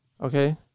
Okay